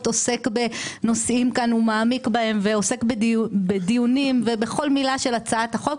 עוסק בנושאים כאן ומעמיק בהם ועוסק בדיונים ובכל מילה של הצעת החוק,